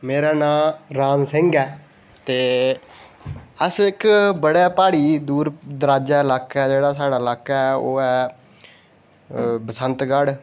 मेरा नांऽ राम सिंह ऐ ते अस इक्क बड़े प्हाड़ी दूर दराजै जेह्ड़ा साढ़ा ल्हाका ऐ बसंतगढ़